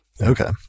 Okay